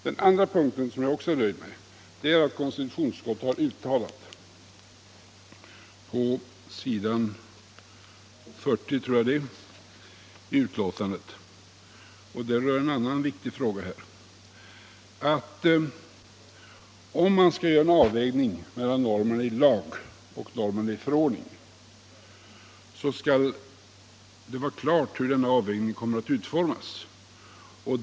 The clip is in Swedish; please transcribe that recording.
Den andra punkten där jag är nöjd gäller konstitutionsutskottets uttalande på s. 40 i betänkandet — det rör också en viktig fråga — att om det skall göras en avvägning mellan normerna i lag och normerna i förordning, så skall det vara klart hur denna avvägning kommer att utformas.